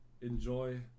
enjoy